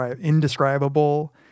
indescribable